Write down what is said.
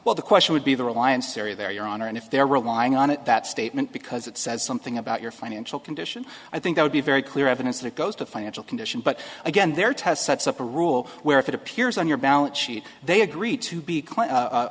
well the question would be the reliance area there your honor and if they're relying on it that statement because it says something about your financial condition i think i would be very clear evidence that goes to financial condition but again their test sets up a rule where if it appears on your balance sheet they agree to be